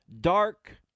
Dark